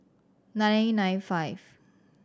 nine nine five